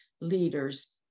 leaders